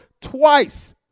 twice